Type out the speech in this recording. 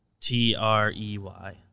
T-R-E-Y